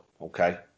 Okay